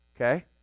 okay